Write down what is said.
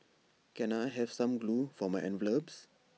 can I have some glue for my envelopes